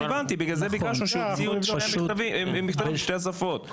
הבנתי בגלל זה ביקשתי שיצאו מכתבים בשתי השפות,